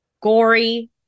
gory